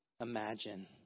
imagine